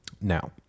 now